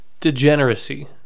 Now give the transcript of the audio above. degeneracy